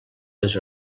les